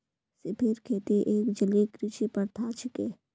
सिपेर खेती एक जलीय कृषि प्रथा छिके